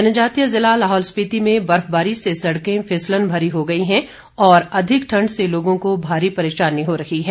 जनजातीय जिला लाहौल स्पिति में बर्फबारी से सड़कें फिसलन भरी हो गई हैं और अधिक ठंड से लोगों को भारी परेशानी हो रही है